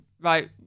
right